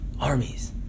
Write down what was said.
armies